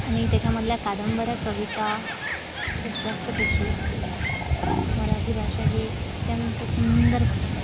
आणि त्याच्यामधल्या कादंबऱ्या कविता खूप जास्त प्रचलित झालेल्या आहेत मराठी भाषा ही अत्यंत सुंदर भाषा आहे